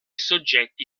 soggetti